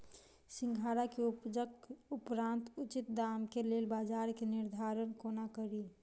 सिंघाड़ा केँ उपजक उपरांत उचित दाम केँ लेल बजार केँ निर्धारण कोना कड़ी?